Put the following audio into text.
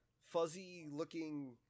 fuzzy-looking